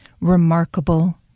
remarkable